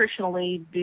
nutritionally